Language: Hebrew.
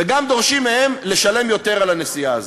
וגם דורשים מהם לשלם יותר על הנסיעה הזאת.